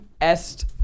est